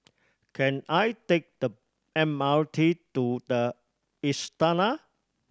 can I take the M R T to The Istana